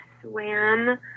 swam